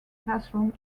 classroom